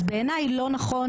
אז בעיניי לא נכון,